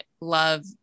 love